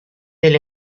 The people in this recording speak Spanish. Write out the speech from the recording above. del